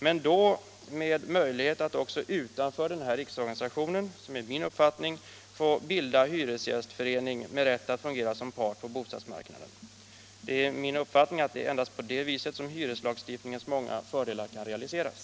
Men då skall det också finnas möjlighet att utanför den här riksorganisationen bilda hyresgästförening med rätt att fungera som part på bostadsmarknaden. Det är min uppfattning att det är endast på det viset som hyreslagstiftningens många fördelar kan realiseras.